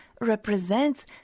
represents